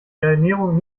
ernährung